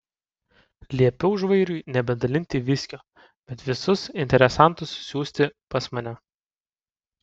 liepiau žvairiui nebedalinti viskio bet visus interesantus siųsti pas mane